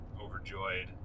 overjoyed